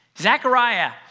Zechariah